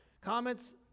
Comments